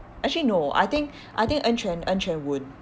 actually no I think I think en quan en quan won't